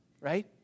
Right